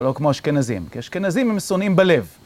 לא כמו אשכנזים, כי אשכנזים הם שונאים בלב.